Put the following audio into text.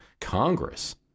Congress